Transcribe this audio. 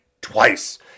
twice